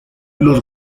los